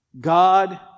God